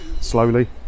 Slowly